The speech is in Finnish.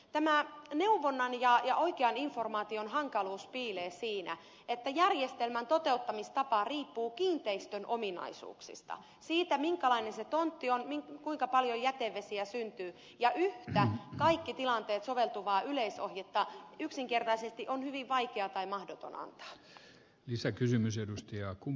tämä neuvonnan ja oikean informaation hankaluus piilee siinä että järjestelmän toteuttamistapa riippuu kiinteistön ominaisuuksista siitä minkälainen se tontti on kuinka paljon jätevesiä syntyy ja yhtä kaikkiin tilanteisiin soveltuvaa yleisohjetta yksinkertaisesti on hyvin vaikea tai mahdoton antaa